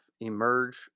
emerge